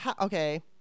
okay